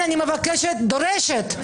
אני רוצה להעביר -- היה מקרים,